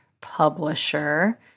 publisher